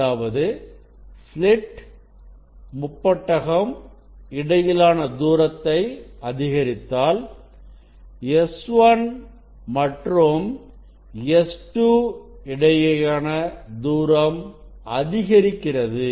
அதாவது ஸ்லிட் முப்பட்டகம் இடையிலான தூரத்தை அதிகரித்தால் S1 மற்றும் S2 இடையேயான தூரம் அதிகரிக்கிறது